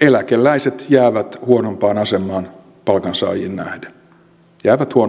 eläkeläiset jäävät huonompaan asemaan palkansaajiin nähden jäävät huonompaan asemaan palkansaajiin nähden